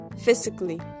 physically